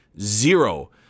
zero